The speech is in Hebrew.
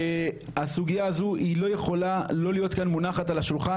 והיא לא יכולה לא להיות מונחת כאן על השולחן